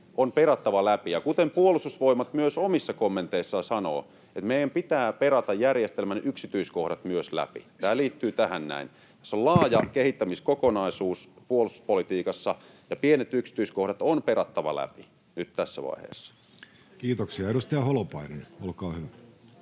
on perattava läpi. Kuten Puolustusvoimat myös omissa kommenteissaan sanoo, meidän pitää perata myös järjestelmän yksityiskohdat läpi. Tämä liittyy tähän näin. Puolustuspolitiikassa on laaja kehittämiskokonaisuus, ja pienet yksityiskohdat on perattava läpi nyt tässä vaiheessa. [Speech 88] Speaker: